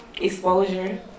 Exposure